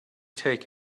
take